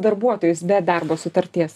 darbuotojais be darbo sutarties